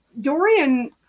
Dorian